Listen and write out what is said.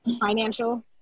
Financial